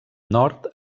nord